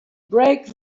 break